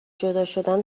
جداشدن